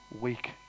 weak